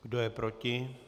Kdo je proti?